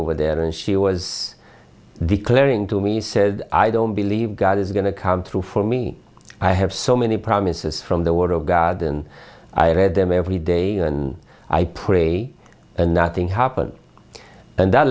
over there and she was declaring to me said i don't believe god is going to come through for me i have so many promises from the word of god and i read them every day and i pray and nothing happened and th